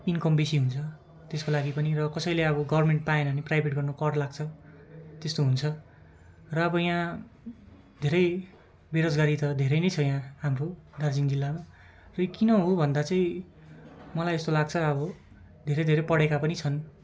income बेसी हुन्छ त्यसको लागि पनि र कसैले अब गभर्मेन्ट पाएन भने प्राइभेट गर्न कर लाग्छ त्यस्तो हुन्छ र अब यहाँ धेरै बेरोजगारी त धेरै नै छ यहाँ हाम्रो दार्जिलिङ जिल्ला किन हो भन्दा चाहिँ मलाई यस्तो लाग्छ अब धेरै धेरै पढेका पनि छन्